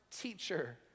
teacher